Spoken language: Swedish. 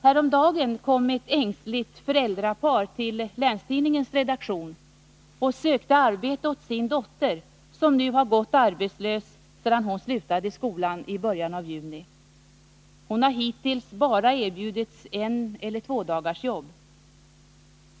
Häromdagen kom ett ängsligt föräldrapar till Länstidningens redaktion och sökte arbete åt sin dotter, som nu hade gått arbetslös sedan hon slutade skolan i början av juni. Hon hade hittills bara erbjudits en eller två dagars jobb.